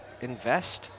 invest